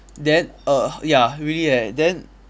then err ya really eh then